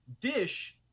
Dish